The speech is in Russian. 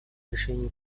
решению